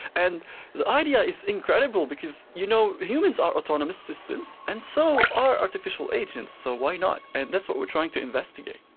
and the idea is incredible because, you know, humans are autonomous systems, and so are artificial agents, so why not. and that's what we are trying to investigate.